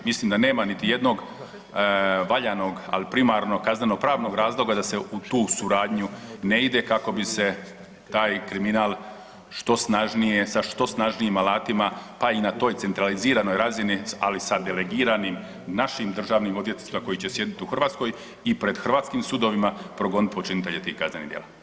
Mislim da nema niti jednog valjanog ali primarno kaznenopravnog razloga da se u tu suradnju ne ide kako bi se taj kriminal što snažnije, sa što snažnijim alatima pa i na toj centraliziranoj razini ali sa delegiranim našim državnim odvjetnicima koji će sjediti u Hrvatskoj i pred hrvatskim sudovima progoniti počinitelje tih kaznenih djela.